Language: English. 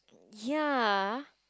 ya